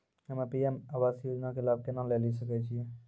हम्मे पी.एम आवास योजना के लाभ केना लेली सकै छियै?